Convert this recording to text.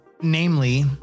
Namely